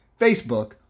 Facebook